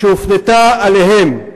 שהופנתה אליהם.